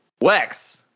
Wex